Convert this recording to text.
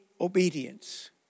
obedience